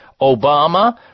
Obama